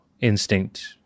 instinct